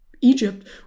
Egypt